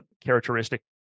characteristic